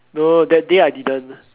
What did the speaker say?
no that day I didn't